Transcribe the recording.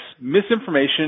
misinformation